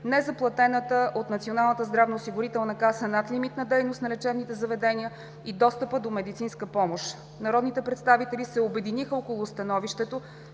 незаплатената от НЗОК надлимитна дейност на лечебните заведения и достъпа до медицинска помощ. Народните представители се обединиха около становището,